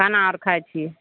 खाना आर खाइत छियै